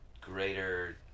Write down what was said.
greater